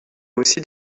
aussi